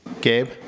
Gabe